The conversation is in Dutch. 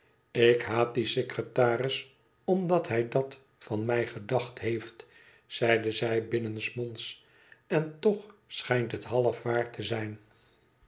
tik haat dien secretaris omdat hij dat van mij gedacht heeft zeide zij binnensmonds en toch schijnt het half waar te zijn